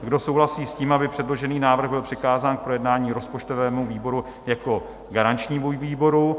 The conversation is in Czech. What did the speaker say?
Kdo souhlasí s tím, aby předložený návrh byl přikázán k projednání rozpočtovému výboru jako garančnímu výboru?